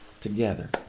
together